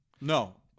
No